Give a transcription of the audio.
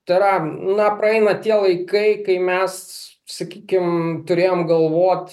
tai yra na praeina tie laikai kai mes sakykim turėjom galvot